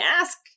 ask